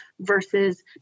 versus